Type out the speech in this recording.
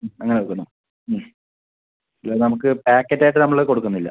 ഹ്മ് അങ്ങന എടുക്കുന്നു ഹ്മ് ഇത് നമുക്ക് പാക്കറ്റ് ആയിട്ട് നമ്മള് കൊടുക്കുന്നില്ല